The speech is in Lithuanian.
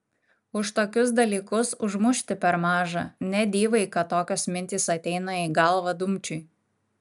už tokius dalykus užmušti per maža ne dyvai kad tokios mintys ateina į galvą dumčiui